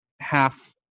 half